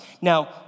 Now